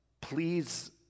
please